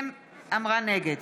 נגד